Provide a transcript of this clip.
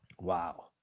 Wow